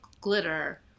glitter